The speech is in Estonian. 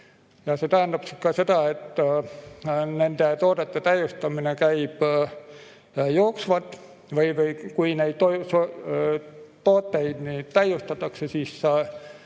See tähendab ka seda, et nende toodete täiustamine käib jooksvalt. Kui neid tooteid täiustatakse, siis